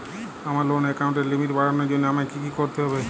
আমার লোন অ্যাকাউন্টের লিমিট বাড়ানোর জন্য আমায় কী কী করতে হবে?